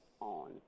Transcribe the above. on